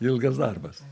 ilgas darbas